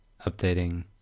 updating